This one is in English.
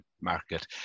market